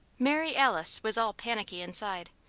mary alice was all panicky inside,